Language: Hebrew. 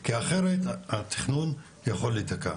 כי אחרת התכנון יכול להיתקע.